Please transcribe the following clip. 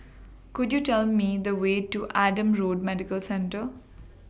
Could YOU Tell Me The Way to Adam Road Medical Centre